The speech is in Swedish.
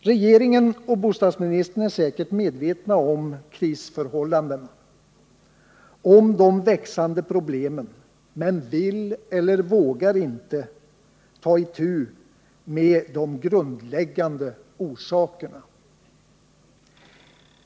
Regeringen och bostadsministern är säkert medvetna om krisförhållandena, om de växande problemen men vill eller vågar inte ta itu med de grundläggande orsakerna.